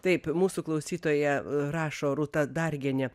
taip mūsų klausytoja rašo rūta dargienė